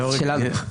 שלנו.